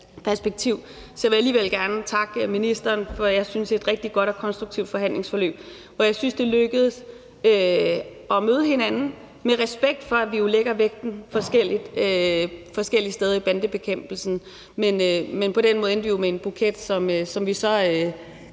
perspektiv, vil jeg alligevel gerne takke ministeren for et, synes jeg, rigtig godt og konstruktivt forhandlingsforløb. For jeg synes, det lykkedes os at møde hinanden med respekt for, at vi jo lægger vægten forskellige steder i bandebekæmpelsen, og på den måde endte vi jo med en buket, som vi så